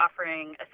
offering